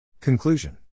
Conclusion